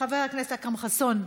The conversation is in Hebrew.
חבר הכנסת אכרם חסון,